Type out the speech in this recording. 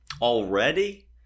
already